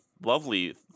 lovely